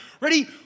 Ready